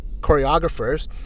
choreographers